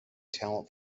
talent